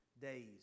days